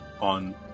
on